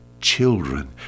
children